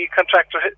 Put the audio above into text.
contractor